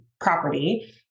property